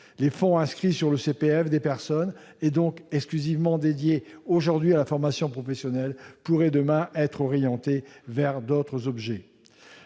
Les fonds inscrits sur le CPF des personnes, et donc exclusivement dédiés aujourd'hui à la formation professionnelle, pourraient, demain, être orientés vers d'autres objets.